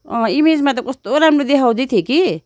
अँ इमेजमा त कस्तो राम्रो देखाउँदै थियो कि